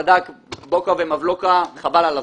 ברדק, בוקא ומבולקה, חבל על הזמן.